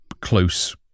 close